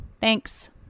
Thanks